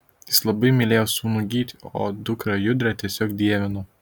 jis labai mylėjo sūnų gytį o dukrą judrę tiesiog dievino